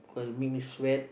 cause it make me sweat